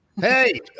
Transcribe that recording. Hey